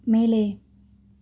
மேலே